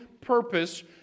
purpose